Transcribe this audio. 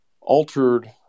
altered